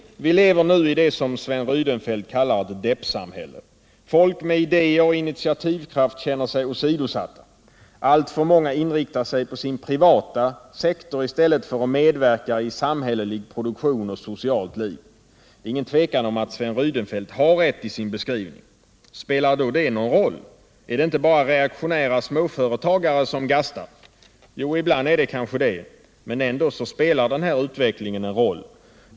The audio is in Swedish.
Vilever nu i ett som Sven Rydenfelt uttryckte det ”depsamhälle”. Folk med idéer och initiativkraft känner sig åsidosatta. Alltför många inriktar sig på sin privata sektor i stället för att medverka i samhällelig produktion och socialt liv. Det är inget tvivel om att Sven Rydenfelt har rätt i sin beskrivning. Spelar det då någon roll? Är det inte bara reaktionära småföretagare som gastar? Jo, ibland är det kanske det. Men ändå spelar utvecklingen en roll.